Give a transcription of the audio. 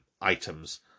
items